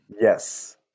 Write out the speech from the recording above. Yes